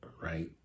right